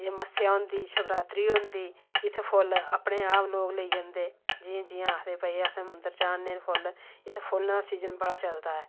एह् मस्सेआ होंदी शिवरात्रि होंदी इत्थें फोल्ल अपने आप लोग लेई जंदे जि'यां जि'यां आखदे भाई असें मंदर चाढ़ने न फोल्ल इत्थे फुल्लें दा सीजन बड़ा चलदा ऐ